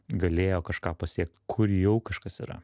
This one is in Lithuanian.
galėjo kažką pasiekt kur jau kažkas yra